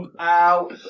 Ow